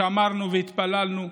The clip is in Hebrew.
שרנו והתפללנו,